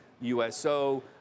USO